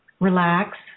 Relax